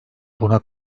buna